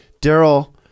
Daryl